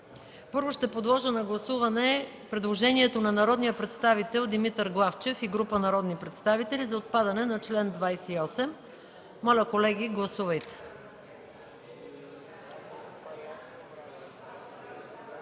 Първо ще подложа на гласуване предложението на народния представител Димитър Главчев и група народни представители за отпадане на чл. 28. Моля, гласувайте.